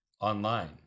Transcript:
online